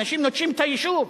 אנשים נוטשים את היישוב.